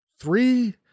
three